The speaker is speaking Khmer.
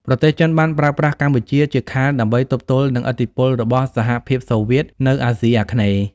ប្រទេសចិនបានប្រើប្រាស់កម្ពុជាជាខែលដើម្បីទប់ទល់នឹងឥទ្ធិពលរបស់សហភាពសូវៀតនៅអាស៊ីអាគ្នេយ៍។